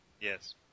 Yes